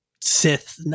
sith